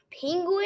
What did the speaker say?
penguin